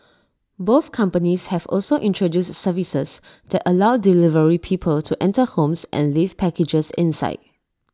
both companies have also introduced services that allow delivery people to enter homes and leave packages inside